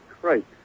Christ